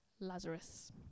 Lazarus